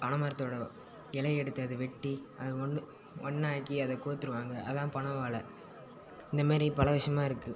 பனைமரத்தோட இலையெடுத்து அது வெட்டி அது ஒன் ஒன்னாக்கி அதை கோர்த்துருவாங்க அதான் பனை ஓலை இந்த மாரி பல விஷயமாருக்கு